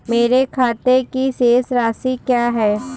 मेरे खाते की शेष राशि क्या है?